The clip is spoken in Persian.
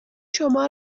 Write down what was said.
شما